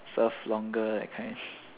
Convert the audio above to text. serve longer that kind